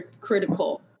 critical